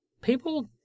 people